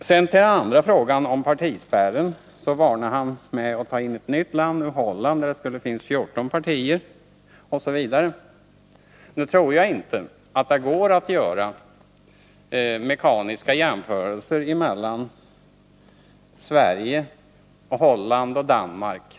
Sedan var det partispärren. Bertil Fiskesjö varnade på nytt och förde in ytterligare ett land i diskussionen, nämligen Holland. Där finns det 14 partier, osv. Nu tror jag inte att det går att göra mekaniska jämförelser mellan Sverige och Holland eller Danmark.